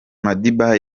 madiba